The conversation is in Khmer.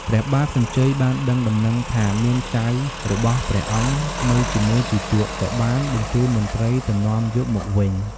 ព្រះបាទសញ្ជ័យបានដឹងដំណឹងថាមានចៅរបស់ព្រះអង្គនៅជាមួយជូជក ក៏បានបញ្ជូនមន្ត្រីទៅនាំយកមកវិញ។